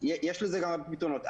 יש לזה כמה פתרונות.